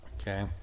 Okay